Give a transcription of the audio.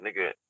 nigga